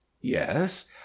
yes